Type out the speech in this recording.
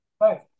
Right